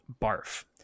barf